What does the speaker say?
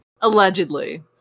Allegedly